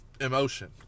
emotion